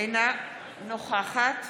אינה נוכחת